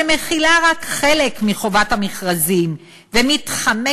שמחילה רק חלק מחוק חובת המכרזים ומתחמקת